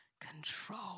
control